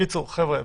חבר'ה,